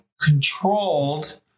controlled